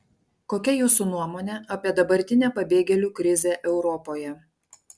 kokia jūsų nuomonė apie dabartinę pabėgėlių krizę europoje